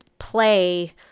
play